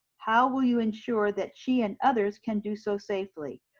how will you ensure that she and others can do so safely?